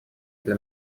для